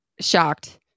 shocked